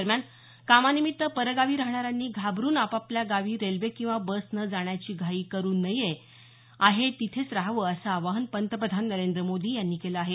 दरम्यान कामानिमित्त परगावी राहणाऱ्यांनी घाबरून आपापल्या गावी रेल्वे किंवा बसने जाण्याची घाई करु नये आहेत तिथेच रहावं असं आवाहन पंतप्रधान नरेंद्र मोदी यांनी केलं आहे